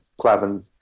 Clavin